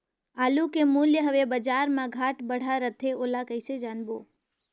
आलू के मूल्य हवे बजार मा घाट बढ़ा रथे ओला कइसे जानबो?